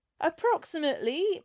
Approximately